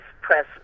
Press